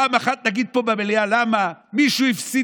פעם אחת נגיד פה במליאה למה: מישהו הפסיד